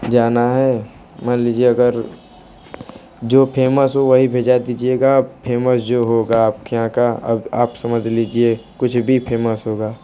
जाना है मान लीजिए अगर जो फेमस हो वही भेजा दीजिएगा फेमस जो होगा आपके यहाँ का अब आप समझ लीजिए कुछ भी फेमस होगा